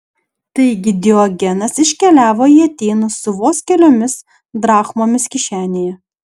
taigi diogenas iškeliavo į atėnus su vos keliomis drachmomis kišenėje